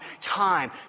time